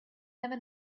never